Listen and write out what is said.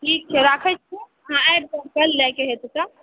ठीक छै राखै छी अहाँ आबि कऽ लैके हेतै तऽ